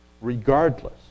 regardless